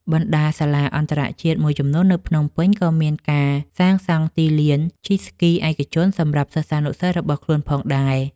បណ្ដាសាលាអន្តរជាតិមួយចំនួននៅភ្នំពេញ ក៏មានការសាងសង់ទីលានជិះស្គីឯកជនសម្រាប់សិស្សានុសិស្សរបស់ខ្លួនផងដែរ។